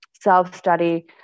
self-study